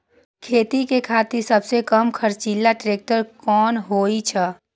खेती के खातिर सबसे कम खर्चीला ट्रेक्टर कोन होई छै?